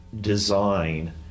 design